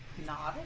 not